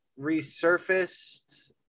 resurfaced